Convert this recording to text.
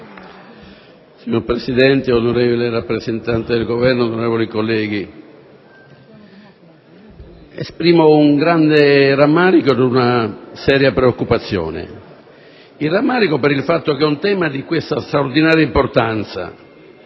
Signor Presidente, onorevole rappresentante del Governo, onorevoli colleghi, esprimo un grande rammarico ed una seria preoccupazione. Il rammarico è per il fatto che un tema di questa straordinaria importanza